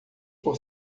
por